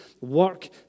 work